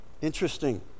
Interesting